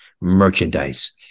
merchandise